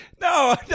No